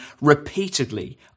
repeatedly